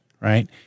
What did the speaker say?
right